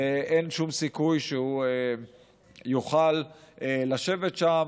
אין שום סיכוי שהוא יוכל לשבת שם.